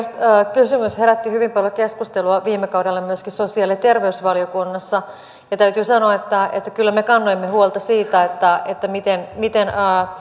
kysymys herätti hyvin paljon keskustelua viime kaudella myöskin sosiaali ja terveysvaliokunnassa ja täytyy sanoa että että kyllä kannoimme huolta siitä miten miten